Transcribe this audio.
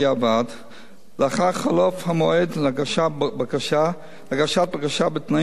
לאחר חלוף המועד להגשת בקשה בתנאים מקילים על-פי החוק,